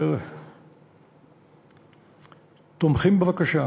תומכים בבקשה